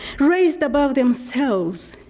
raised above themselves,